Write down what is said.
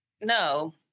no